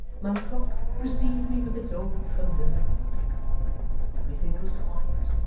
my clock received me with its old familiar welcome everything was quiet,